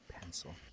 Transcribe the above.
Pencil